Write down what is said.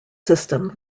system